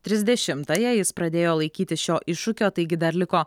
trisdešimtąją jis pradėjo laikytis šio iššūkio taigi dar liko